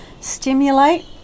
stimulate